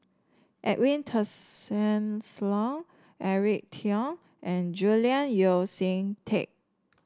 Edwin Tessensohn Eric Teo and Julian Yeo See Teck